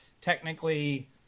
technically